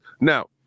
Now